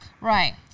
Right